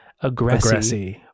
aggressive